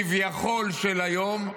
כביכול של היום,